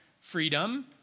freedom